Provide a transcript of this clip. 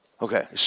Okay